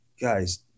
guys